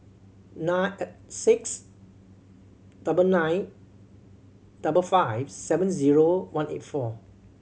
nine six double nine double five seven zero one eight four